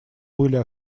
были